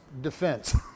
defense